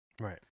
right